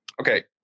okay